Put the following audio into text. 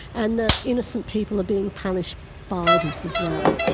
and that innocent people are being punished by this as well,